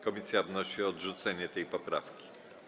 Komisja wnosi o odrzucenie tej poprawki.